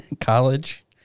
College